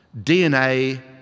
DNA